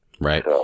Right